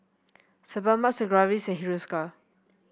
Sebamed Sigvaris Hiruscar